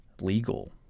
legal